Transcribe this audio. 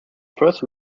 first